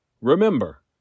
Remember